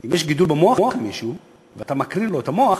אם יש גידול במוח למישהו ואתה מקרין לו את המוח,